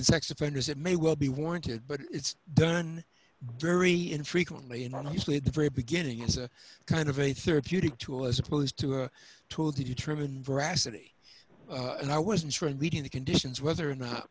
in sex offenders it may well be warranted but it's done very infrequently and honestly at the very beginning is a kind of a therapeutic tool as opposed to a tool to determine veracity and i wasn't sure leading the conditions whether or not